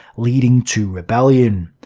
leading to rebellion.